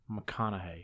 McConaughey